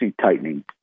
tightening –